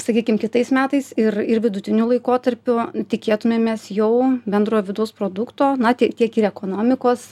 sakykim kitais metais ir ir vidutiniu laikotarpiu tikėtumėmės jau bendrojo vidaus produkto na tie tiek ir ekonomikos